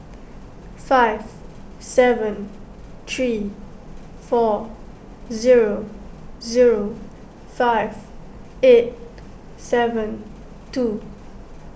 five seven three four zero zero five eight seven two